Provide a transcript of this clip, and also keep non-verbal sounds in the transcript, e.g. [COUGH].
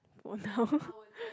for now [LAUGHS]